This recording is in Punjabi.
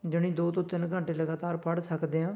ਜਾਣੀ ਦੋ ਤੋਂ ਤਿੰਨ ਘੰਟੇ ਲਗਾਤਾਰ ਪੜ੍ਹ ਸਕਦੇ ਹਾਂ